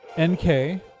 NK